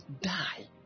die